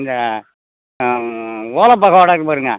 இந்த அந்த ஓலப்பக்கோடா இருக்கு பாருங்கள்